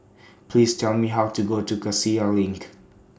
Please Tell Me How to Go to Cassia LINK